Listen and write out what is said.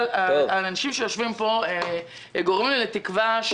אבל האנשים שיושבים פה גורמים לי לתקווה,